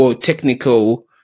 technical